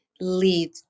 lead